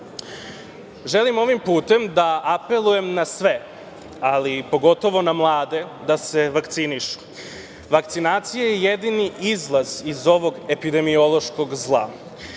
ovim putem da apelujem na sve, ali pogotovo na mlade da se vakcinišu. Vakcinacija je jedini izlaz iz ovog epidemiološkog zla.